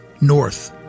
north